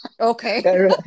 Okay